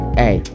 hey